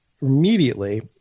immediately